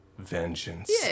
vengeance